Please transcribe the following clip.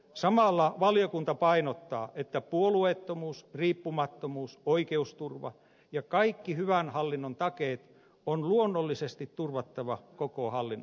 samalla valiokunta painottaa että puolueettomuus riippumattomuus oikeusturva ja kaikki hyvän hallinnon takeet on luonnollisesti turvattava koko hallinnossamme